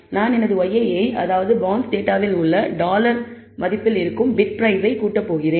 நான் எனது yi யை அதாவது பாண்ட்ஸ் டேட்டாவில் உள்ள டாலர் மதிப்பில் இருக்கும் பிட் பிரைஸை கூட்ட போகிறேன்